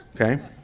okay